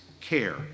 care